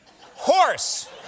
horse